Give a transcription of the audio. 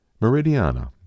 *Meridiana*